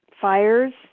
fires